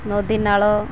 ନଦୀ ନାଳ